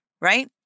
Right